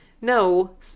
No